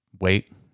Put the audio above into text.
Wait